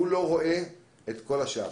הוא לא רואה את כל השאר.